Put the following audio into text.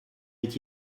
est